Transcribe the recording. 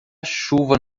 chuva